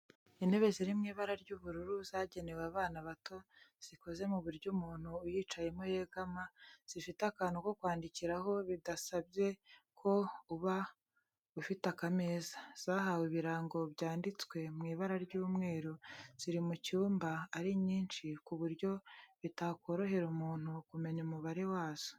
Intebe ziri mu ibara ry'ubururu zagenewe abana bato zikoze mu buryo umuntu uyicayemo yegama, zifite akantu ko kwandikiraho bidasabye ko uba ufite akameza, zahawe ibirango byanditswe mu ibara ry'umweru, ziri mu cyumba ari nyinshi ku buryo bitakorohera umuntu kumenya umubare wazo.